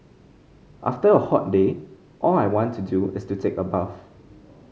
after a hot day all I want to do is to take a bath